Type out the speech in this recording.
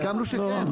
סיכמנו שכן.